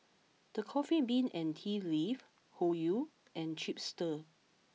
The Coffee Bean and Tea Leaf Hoyu and Chipster